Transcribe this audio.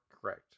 correct